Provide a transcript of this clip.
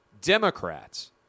Democrats